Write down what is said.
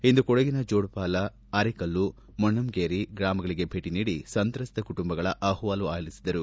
ಇಂದು ಕೊಡಗಿನ ಜೋಡುಪಾಲ ಅರೆಕಲ್ಲು ಮೊಣ್ಣಂಗೇರಿ ಗ್ರಾಮಗಳಿಗೆ ಭೇಟಿ ನೀಡಿ ಸಂತ್ರಸ್ತ ಕುಟುಂಬಗಳ ಅಪವಾಲು ಆಲಿಸಿದರು